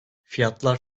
fiyatlar